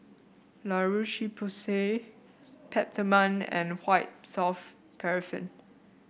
La Roche Porsay Peptamen and White Soft Paraffin